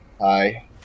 Hi